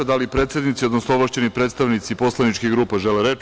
Da li predsednici, odnosno ovlašćeni predstavnici poslaničkih grupa žele reč?